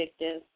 addictive